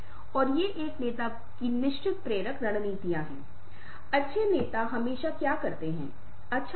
यहां तक कि इस तरह के एक क्लास में 20 30 लोग हो सकते हैं जो आपसे अलग दूरी पर बैठे हों